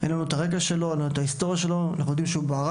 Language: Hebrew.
אין לנו את הרקע שלו או את ההיסטוריה שלו; אנחנו לא יודעים אם הוא ברח,